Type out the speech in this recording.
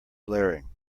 blaring